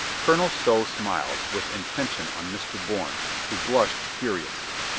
colonel stow smiled with intention on mr. bourne, who blushed furiously.